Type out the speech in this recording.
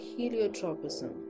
heliotropism